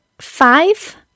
five